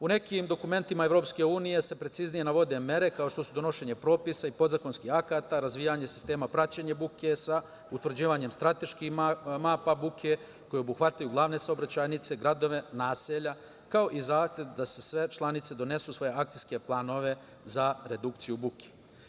U nekim dokumentima EU se preciznije navode mere kao što su donošenje propisa i podzakonskih akata, razvijanje sistema praćenja buke sa utvrđivanjem strateških mapa buke koje obuhvataju glavne saobraćajnice, gradove, naselja, kao i zahtev da sve članice donesu svoje akcijske planove za redukciju buke.